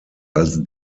als